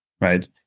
right